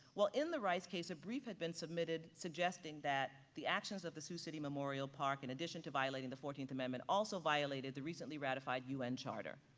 well, in the rice case of brief had been submitted, suggesting that the actions of the sioux city memorial park in addition to violating the fourteenth amendment also violated the recently ratified un charter.